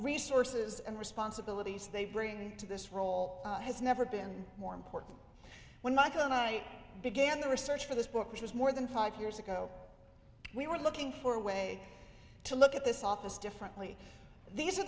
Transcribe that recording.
resources and responsibilities they bring to this role has never been more important when michael and i began the research for this book which was more than five years ago we were looking for a way to look at this office differently these are